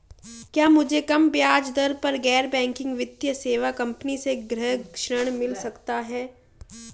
क्या मुझे कम ब्याज दर पर गैर बैंकिंग वित्तीय सेवा कंपनी से गृह ऋण मिल सकता है?